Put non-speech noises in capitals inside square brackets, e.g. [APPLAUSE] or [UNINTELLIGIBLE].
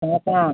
[UNINTELLIGIBLE]